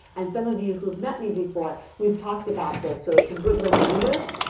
and some of you who've met me before, we've talked about this so it's a good reminder.